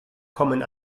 kommen